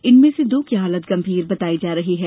इनमें से दो की हालत गंभीर बताई जा रही है